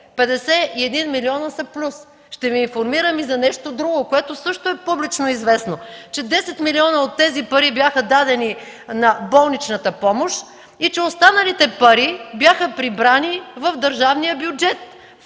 милиона са плюс. Ще Ви информирам и за нещо друго, което също е публично известно, че 10 милиона от тези пари бяха дадени на болничната помощ и че останалите пари бяха прибрани в държавния бюджет